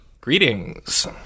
Greetings